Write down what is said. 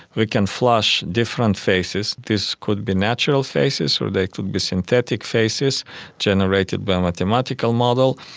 we can flash different faces, this could be natural faces or they could be synthetic faces generated by a mathematical model,